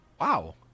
wow